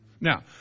Now